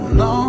no